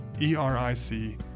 E-R-I-C